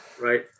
right